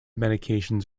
medications